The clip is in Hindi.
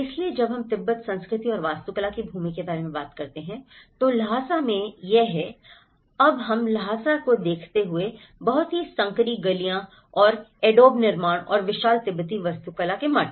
इसलिए जब हम तिब्बत संस्कृति और वास्तुकला की भूमि के बारे में बात करते हैं तो ल्हासा में यह है अब हम ल्हासा को देखते हैं बहुत ही संकरी गलियाँ और एडोब निर्माण और विशाल तिब्बती वास्तुकला के मठ